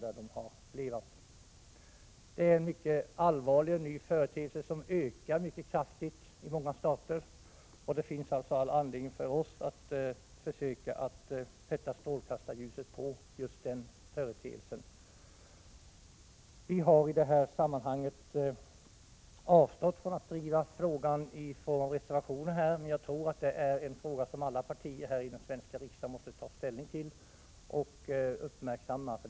Detta är en ny och en mycket allvarlig företeelse som ökar kraftigt i många stater. Det finns alltså all anledning för oss att sätta strålkastarljuset på denna företeelse. Vii vpk har avstått från att driva denna fråga genom att avge reservationer. Jag tror att alla partier i den svenska riksdagen måste ta ställning till och uppmärksamma frågan.